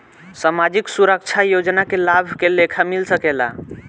सामाजिक सुरक्षा योजना के लाभ के लेखा मिल सके ला?